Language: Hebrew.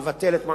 לבטלה.